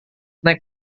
naik